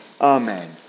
Amen